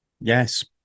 yes